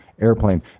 airplane